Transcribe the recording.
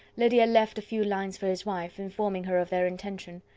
lydia left a few lines for his wife, informing her of their intention.